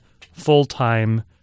full-time